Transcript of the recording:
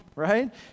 right